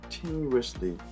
continuously